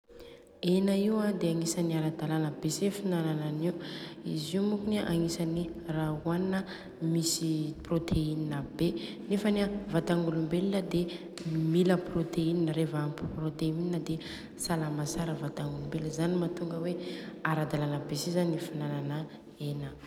Hena Io an de agnisany ara-dalàna be si finanana anio. Izy io mokony an de agnisany ra hoanina misy protéine be. Nefany an vatagn'olombelona de mila protéine. Reva aby protéine de salama tsara ii vatagn'olombelona. Zany matonga hoe ara-dalàna be si zany ny finanana hena io.